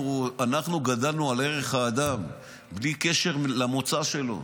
אנחנו גדלנו על ערך האדם, בלי קשר למוצא שלו.